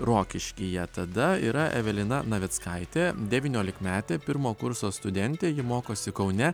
rokiškyje tada yra evelina navickaitė devyniolikmetė pirmo kurso studentė ji mokosi kaune